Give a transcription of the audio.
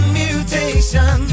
mutation